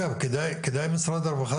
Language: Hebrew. משרד הרווחה,